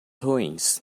ruins